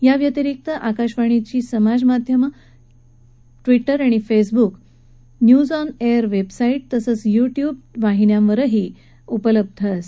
याव्यतिरिक्त आकाशवाणीचे समाजमाध्यम ट्विटर आणि Facebook news on AIR website तसंच यू टयूब चॅनेलवरही उपलब्ध आहे